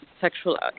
sexual